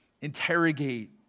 interrogate